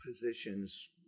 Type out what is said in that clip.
positions